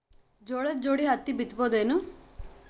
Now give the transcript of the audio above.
ಜೋಳದ ಜೋಡಿ ಹತ್ತಿ ಬಿತ್ತ ಬಹುದೇನು?